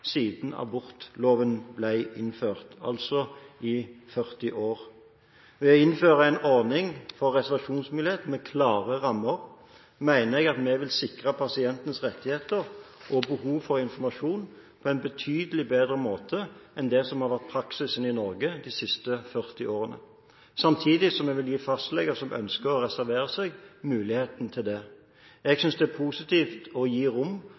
siden abortloven ble innført, altså i 40 år. Ved å innføre en ordning for reservasjonsmulighet med klare rammer mener jeg at vi vil sikre pasientenes rettigheter og behov for informasjon på en betydelig bedre måte enn det som har vært praksisen i Norge de siste 40 årene, samtidig som vi vil gi fastleger som ønsker å reservere seg, muligheten til det. Jeg synes det er positivt å gi rom